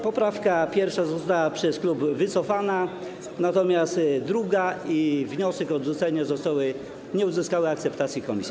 Poprawka pierwsza została przez klub wycofana, natomiast druga i wniosek o odrzucenie nie uzyskały akceptacji komisji.